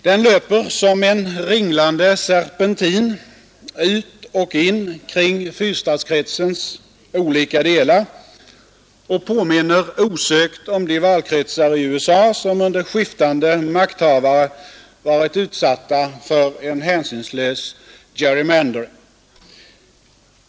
Den löper som en ringlande serpentin ut och in kring fyrstadskretsens olika delar och påminner osökt om de valkretsar i USA som under skiftande makthavare varit utsatta för en hänsynslös gerrymandering.